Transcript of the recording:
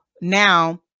now